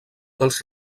dels